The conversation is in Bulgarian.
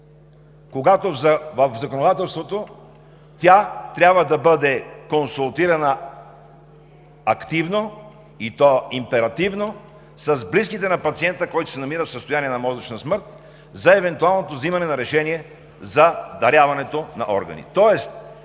когато в законодателството тя трябва да бъде консултирана активно, и то императивно с близките на пациента, който се намира в състояние на мозъчна смърт, за евентуалното взимане на решение за даряването на органи.